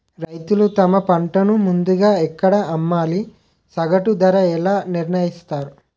రైతులు తమ పంటను ముందుగా ఎక్కడ అమ్మాలి? సగటు ధర ఎలా నిర్ణయిస్తారు?